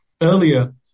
Earlier